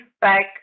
back